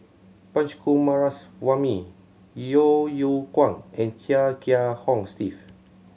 Punch Coomaraswamy Yeo Yeow Kwang and Chia Kiah Hong Steve